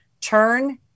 turn